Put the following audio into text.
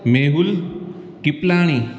Mehul Kiplani